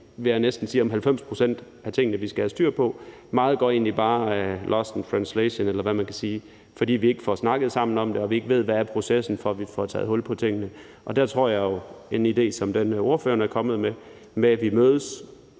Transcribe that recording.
vil jeg næsten sige, enige om 90 pct. af tingene, som vi skal have styr på. Meget går egentlig bare lost in translation, eller hvad man kan sige, fordi vi ikke får snakket sammen om det, og vi ikke ved, hvad processen er for, at vi får taget hul på tingene. Og der tror jeg jo, at en idé som den, ordføreren er kommet med, om, at vi mødes